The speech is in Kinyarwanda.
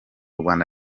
rwanda